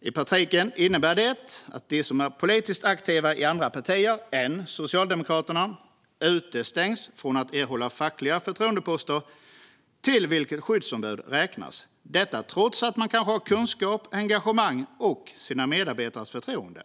I praktiken innebär det att de som är politiskt aktiva i andra partier än Socialdemokraterna utestängs från att erhålla fackliga förtroendeposter, till vilka skyddsombud räknas, detta även om de har kunskap, engagemang och sina medarbetares förtroende.